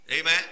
Amen